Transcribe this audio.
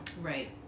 Right